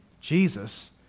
Jesus